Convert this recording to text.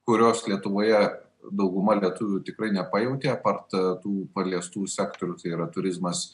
kurios lietuvoje dauguma lietuvių tikrai nepajautė apart tų paliestų sektorių tai yra turizmas